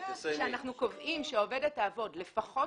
כשאנחנו קובעים שהעובדת תעבוד לפחות